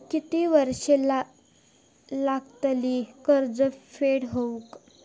किती वर्षे लागतली कर्ज फेड होऊक?